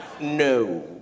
No